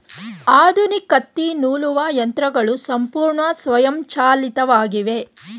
ಆಧುನಿಕ ತ್ತಿ ನೂಲುವ ಯಂತ್ರಗಳು ಸಂಪೂರ್ಣ ಸ್ವಯಂಚಾಲಿತವಾಗಿತ್ತವೆ